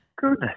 Goodness